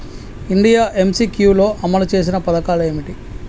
India MCQ లో అమలు చేసిన పథకాలు ఏమిటి?